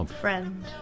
friend